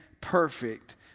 perfect